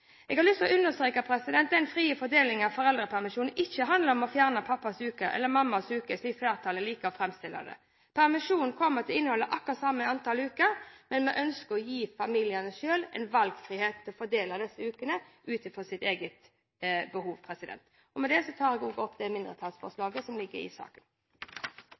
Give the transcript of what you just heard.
Jeg har lyst til å understreke at den frie fordelingen av foreldrepermisjonen ikke handler om å fjerne pappas eller mammas uke, slik flertallet liker å framstille det. Permisjonen kommer til å inneholde akkurat samme antall uker, men vi ønsker å gi familiene selv valgfrihet til å fordele disse ukene ut fra sitt eget behov. Med det tar jeg opp de mindretallsforslagene som ligger i saken.